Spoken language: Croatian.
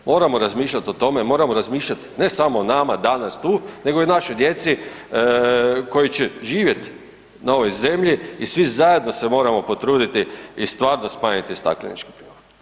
Moramo razmišljati o tome, moramo razmišljati ne samo o nama danas tu, nego i o našoj djeci, koji će živjeti na ovoj Zemlji i svi zajedno se moramo potruditi i stvarno smanjiti stakleničke plinove.